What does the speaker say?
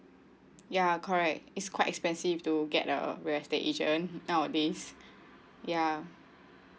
ya correct it's quite expensive to get a real estate agent nowadays ya